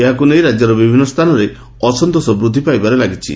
ଏହାକୁ ନେଇ ରାଜ୍ୟର ବିଭିନ୍ନ ସ୍ଥାନରେ ଅସନ୍ତୋଷ ବୃଦ୍ଧି ପାଇବାରେ ଲାଗିଛି